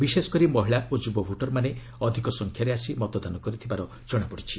ବିଶେଷକରି ମହିଳା ଓ ଯୁବ ଭୋଟର୍ମାନେ ଅଧିକ ସଂଖ୍ୟାରେ ଆସି ମତଦାନ କରିଥିବାର ଜଣାପଡ଼ିଛି